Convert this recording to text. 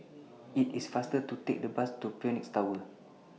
IT IS faster to Take The Bus to Phoenix Tower